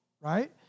right